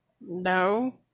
No